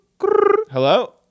Hello